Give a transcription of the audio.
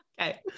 Okay